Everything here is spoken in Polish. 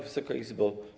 Wysoka Izbo!